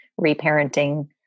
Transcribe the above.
reparenting